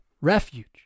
refuge